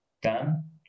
done